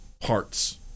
parts